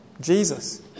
Jesus